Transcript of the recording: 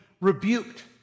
rebuked